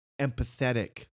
empathetic